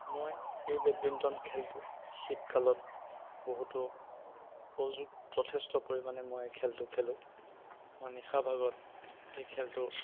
মই এই বেডমিণ্টন খেলটো শীতকালত বহুতো প্ৰযুক যথেষ্ট পৰিমাণে মই খেলটো খেলোঁ মই নিশা ভাগত এই খেলটো